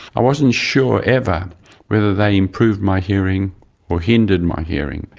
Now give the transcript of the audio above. i wasn't sure ever whether they improved my hearing or hindered my hearing.